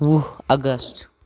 وُہ اَگست